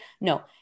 No